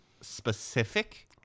specific